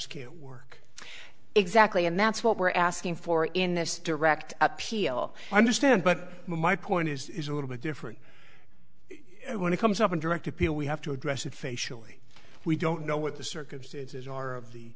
q work exactly and that's what we're asking for in this direct appeal i understand but my point is a little bit different when it comes up in direct appeal we have to address it facially we don't know what the circumstances are of the